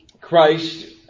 Christ